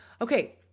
Okay